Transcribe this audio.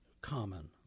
common